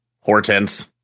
Hortense